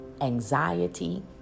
anxiety